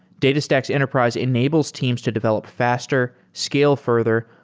datastax enterprise enables teams to develop faster, scale further,